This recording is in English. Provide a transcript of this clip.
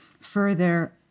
further